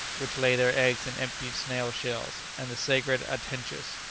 which lay their eggs in empty snail-shells and the sacred atenchus,